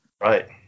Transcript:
Right